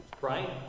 Right